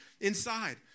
inside